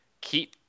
keep